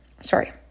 sorry